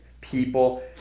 people